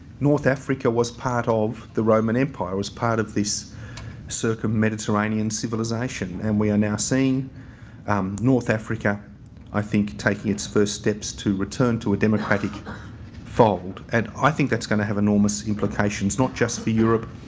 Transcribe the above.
north africa was part of the roman empire. it was part of this circum-mediterranean civilisation and we are now seeing um north africa i think taking its first steps to return to a democratic fold. and i think that's going to have enormous implications not just for europe,